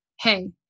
Hey